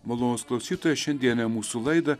malonūs klausytojai šiandienę mūsų laidą